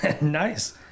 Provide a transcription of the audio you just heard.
nice